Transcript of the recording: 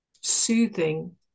soothing